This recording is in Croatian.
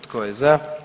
Tko je za?